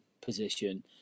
position